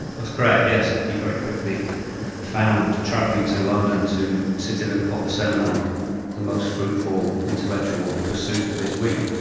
that's correct, yes, he very quickly found travelling to london to sit in at the popper seminar the most fruitful intellectual pursuit of his week.